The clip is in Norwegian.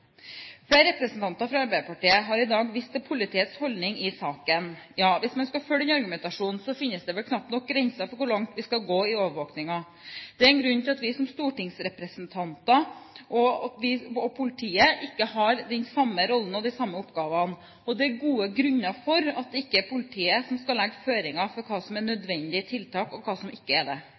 Flere representanter fra Arbeiderpartiet har i dag vist til politiets holdning i saken. Ja, hvis man skal følge den argumentasjonen, finnes det vel knapt nok grenser for hvor langt vi skal gå i overvåkingen. Det er en grunn til at stortingsrepresentanter og politiet ikke har den samme rollen og de samme oppgavene, og det er gode grunner for at det ikke er politiet som skal legge føringer for hva som er nødvendige tiltak, og hva som ikke er det.